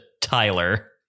Tyler